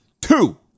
two